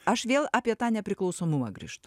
aš vėl apie tą nepriklausomumą grįžtu